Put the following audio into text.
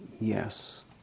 yes